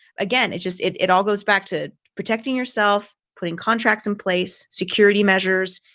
again, it's just it it all goes back to protecting yourself, putting contracts in place security measures,